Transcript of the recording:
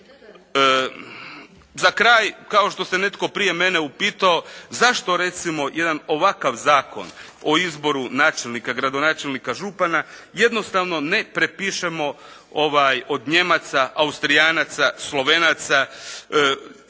Za kraj kao što se netko prije mene upitao, zašto jedan ovakav zakon o izboru načelnika, gradonačelnika, župana jednostavno ne prepišemo od Nijemaca, Austrijanaca, Slovenaca zašto